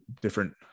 different